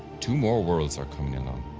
two more worlds are coming along.